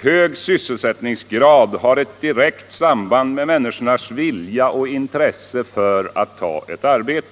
Hög sysselsättningsgrad måste ju ha ett direkt samband med människornas vilja och intresse för att ta ett arbete.